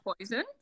poison